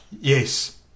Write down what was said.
yes